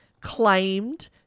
claimed